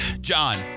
John